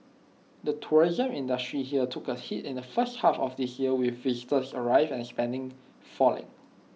the tourism industry here took A hit in the first half of this year with visitor arrivals and spending falling